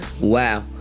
wow